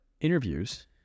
interviews